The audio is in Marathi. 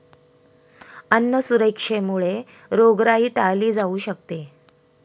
अन्न सुरक्षेमुळे रोगराई टाळली जाऊ शकते